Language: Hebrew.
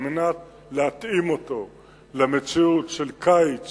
על מנת להתאים אותו למציאות של קיץ